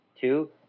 two